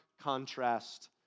contrast